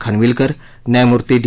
खानविलकर न्यायमूर्ती डी